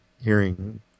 hearing